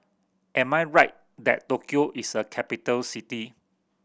am I right that Tokyo is a capital city